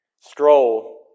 stroll